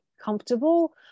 comfortable